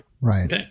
Right